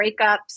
breakups